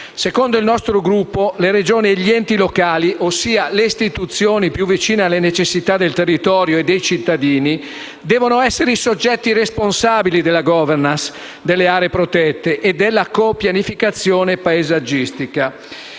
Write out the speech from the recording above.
Secondo il nostro Gruppo, le Regioni e gli enti locali, ossia le istituzioni più vicine alle necessità del territorio e dei cittadini, devono essere i soggetti responsabili della governance delle aree protette e della copianificazione paesaggistica.